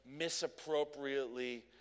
misappropriately